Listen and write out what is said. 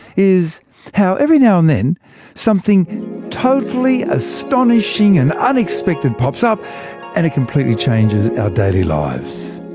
is how every now and then something totally astonishing and unexpected pops up and it completely changes our daily lives.